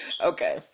okay